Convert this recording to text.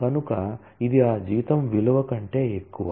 కనుక ఇది ఆ జీతం విలువ కంటే ఎక్కువ